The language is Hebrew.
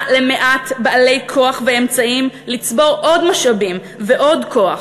למעט בעלי כוח ואמצעים לצבור עוד ועוד משאבים וכוח.